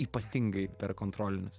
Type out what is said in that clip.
ypatingai per kontrolinius